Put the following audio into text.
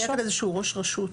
היה איזשהו ראש רשות.